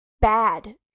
bad